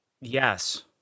Yes